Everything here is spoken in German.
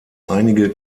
einige